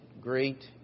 great